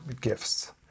gifts